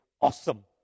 awesome